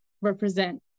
represent